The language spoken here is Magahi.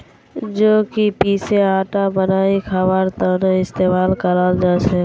जौ क पीसे आटा बनई खबार त न इस्तमाल कराल जा छेक